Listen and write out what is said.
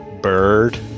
bird